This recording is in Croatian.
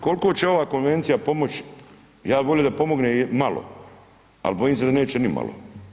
Koliko će ova konvencija pomoć, ja bi volio da pomogne malo, ali bojim se da neće nimalo.